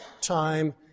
time